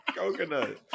coconut